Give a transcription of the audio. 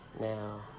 Now